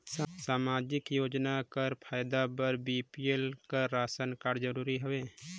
समाजिक योजना कर फायदा बर बी.पी.एल कर राशन कारड जरूरी हवे?